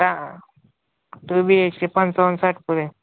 का two B H K पंचावन्न साठ पुरे